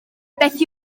beth